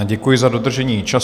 Děkuji za dodržení času.